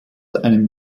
einem